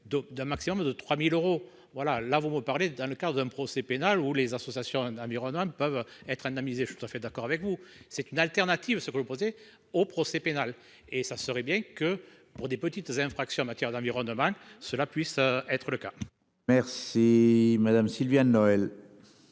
d'un maximum de 3000 euros. Voilà, là vous me parlez. Dans le cas d'un procès pénal ou les associations environnementales peuvent être indemnisés je tout à fait d'accord avec vous, c'est une alternative se reposer. Au procès pénal. Et ça serait bien que pour des petites infractions en matière d'environnement, cela puisse être le cas. Merci madame Sylviane Noël.